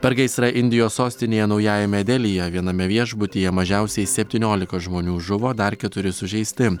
per gaisrą indijos sostinėje naujajame delyje viename viešbutyje mažiausiai septyniolika žmonių žuvo dar keturi sužeisti